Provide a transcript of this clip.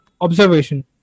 Observation